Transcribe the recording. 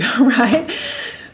right